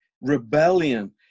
Rebellion